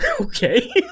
Okay